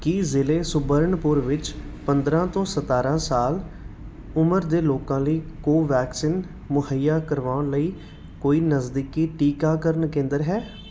ਕੀ ਜ਼ਿਲ੍ਹੇ ਸੁਬਰਨਪੁਰ ਵਿੱਚ ਪੰਦਰਾਂ ਤੋਂ ਸਤਾਰਾਂ ਸਾਲ ਉਮਰ ਦੇ ਲੋਕਾਂ ਲਈ ਕੋਵੈਕਸਿਨ ਵੈਕਸੀਨ ਮੁਹੱਈਆ ਕਰਵਾਉਣ ਲਈ ਕੋਈ ਨਜ਼ਦੀਕੀ ਟੀਕਾਕਰਨ ਕੇਂਦਰ ਹੈ